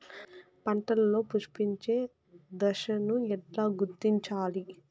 పంటలలో పుష్పించే దశను ఎట్లా గుర్తించాలి?